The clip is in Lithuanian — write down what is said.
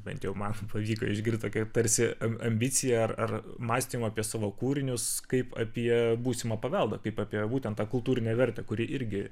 bent jau man pavyko išgirsti kaip tarsi am ambiciją ar mąstymą apie savo kūrinius kaip apie būsimą paveldą kaip apie būtent tą kultūrinę vertę kuri irgi